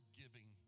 giving